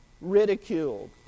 ridiculed